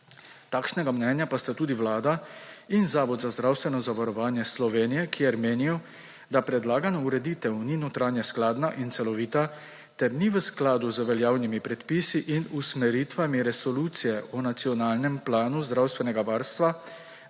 Takšnega mnenja sta tudi Vlada in Zavod za zdravstveno zavarovanje Slovenije, kjer menijo, da predlagana ureditev ni notranje skladna in celovita ter ni v skladu z veljavnimi predpisi in usmeritvami Resolucije o nacionalnem planu zdravstvenega varstva